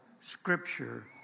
Scripture